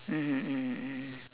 mmhmm mmhmm mmhmm